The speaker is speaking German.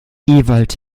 ewald